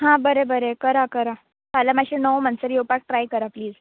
हां बरें बरें करा करा फाल्यां मात्शें णव म्हणसर येवपाक ट्राय करा प्लीज